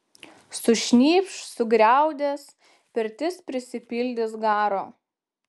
sušnypš sugriaudės pirtis prisipildys garo